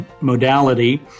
modality